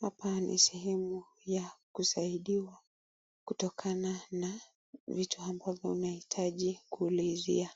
Hapa ni sehemu ya kusaidiwa kutona na vitu ambavyo unahitaji kuulizia